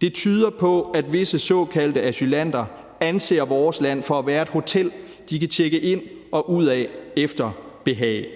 Det tyder på, at visse såkaldte asylanter anser vores land for at være et hotel, de kan tjekke ind og ud af efter behag.